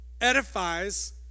edifies